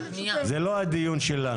זה לא הדיון היום.